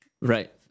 right